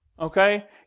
Okay